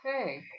okay